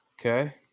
Okay